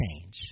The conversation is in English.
change